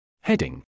Heading